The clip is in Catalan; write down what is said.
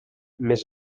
més